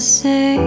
say